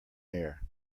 air